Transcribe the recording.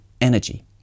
energy